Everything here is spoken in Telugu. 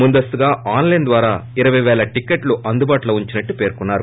ముందస్తుగా ఆన్లైన్ ద్వారా ఇరవై వేల టిక్కెట్లు అందుబాటులో ఉంచినట్లు పేర్కొన్నారు